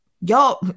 y'all